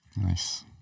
Nice